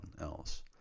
else